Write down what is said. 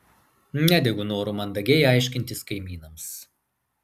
nedegu noru mandagiai aiškintis kaimynams